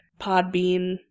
Podbean